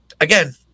again